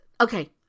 okay